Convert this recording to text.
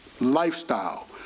lifestyle